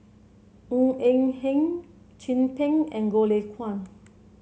Ng Eng Hen Chin Peng and Goh Lay Kuan